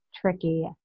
tricky